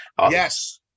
Yes